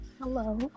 Hello